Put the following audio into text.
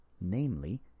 namely